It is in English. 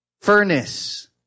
furnace